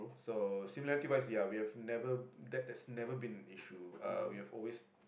so similarity wise ya we have never that has never been an issue uh we have always